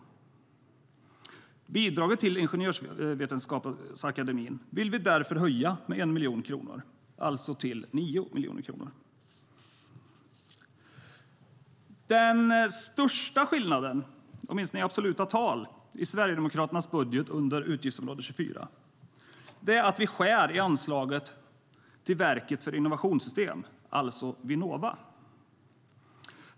Vi vill därför höja bidraget till Ingenjörsvetenskapsakademien med 1 miljon kronor, alltså till 9 miljoner kronor. Den största skillnaden, åtminstone i absoluta tal, i Sverigedemokraternas budget under utgiftsområde 24 är att vi skär i anslaget till Verket för innovationssystem, alltså Vinnova.